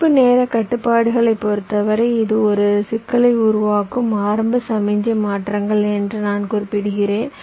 பிடிப்பு நேரக் கட்டுப்பாடுகளைப் பொறுத்தவரை இது ஒரு சிக்கலை உருவாக்கும் ஆரம்ப சமிக்ஞை மாற்றங்கள் என்று நான் குறிப்பிடுகிறேன்